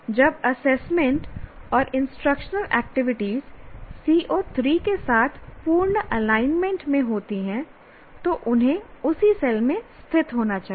जब असेसमेंट और instruction activities CO 3 के साथ पूर्ण एलाइनमेंट में होती हैं तो उन्हें उसी सेल में स्थित होना चाहिए